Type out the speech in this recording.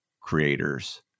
creators